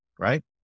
right